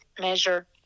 measure